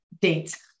date